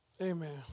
Amen